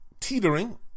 teetering